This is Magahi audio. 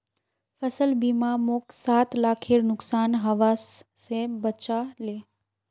फसल बीमा मोक सात लाखेर नुकसान हबा स बचा ले